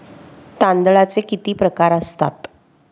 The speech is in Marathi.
तांदळाचे किती प्रकार असतात?